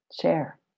Share